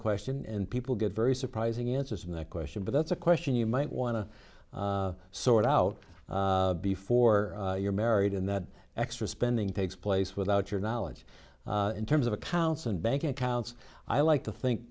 question and people get very surprising answers in that question but that's a question you might want to sort out before you're married and that extra spending takes place without your knowledge in terms of accounts and bank accounts i like to think